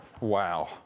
Wow